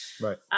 Right